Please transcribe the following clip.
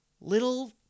little